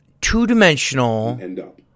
two-dimensional